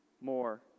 more